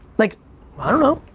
like i don't know,